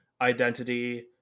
identity